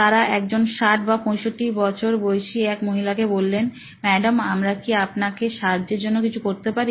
তারা রকজন 60 বা 65 বছর বয়সী এক মহিলা কে বললেন ম্যাডাম আমরা কি আপনাকে সাহায্যের জন্য কিছু করতে পারি